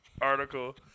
article